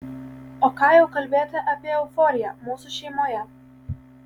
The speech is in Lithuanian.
o ką jau kalbėti apie euforiją mūsų šeimoje